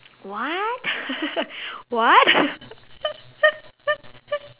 what what